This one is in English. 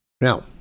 Now